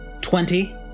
twenty